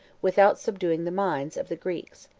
without subduing the minds, of the greeks.